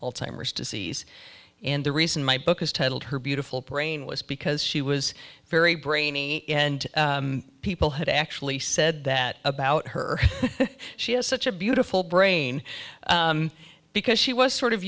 disease and the reason my book is titled her beautiful brain was because she was very brainy and people had actually said that about her she has such a beautiful brain because she was sort of